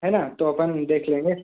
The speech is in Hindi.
है ना तो अपन देख लेंगे